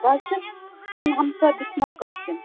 بہٕ حٲز چھس تُہنٛز ہمساےٛ بِسما قاسِم